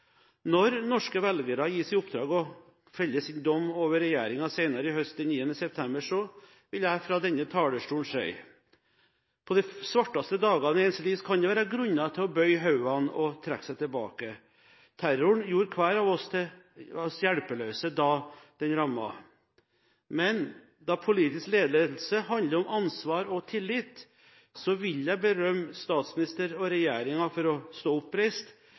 Når norske velgere gis i oppdrag å felle sin dom over regjeringen senere i høst, den 9. september, vil jeg fra denne talerstolen si: På de svarteste dagene i ens liv kan det være grunner til å bøye hodet og trekke seg tilbake. Terroren gjorde hver og en av oss hjelpeløse da den rammet. Men siden politisk ledelse handler om ansvar og tillit, vil jeg berømme statsministeren og regjeringen for å stå oppreist,